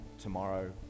tomorrow